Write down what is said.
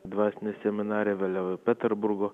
dvasinę seminariją vėliau į peterburgo